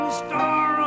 star